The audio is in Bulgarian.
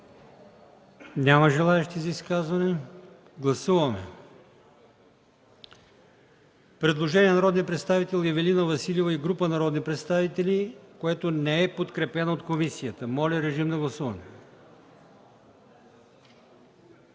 по чл. 71? Няма. Гласуваме предложението на народния представител Ивелина Василева и група народни представители, което не е подкрепено от комисията. Моля, режим на гласуване.